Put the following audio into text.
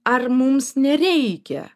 ar mums nereikia